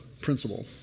principle